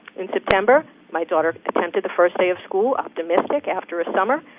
in september, my daughter attempted the first day of school optimistic after a summer,